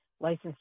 licensed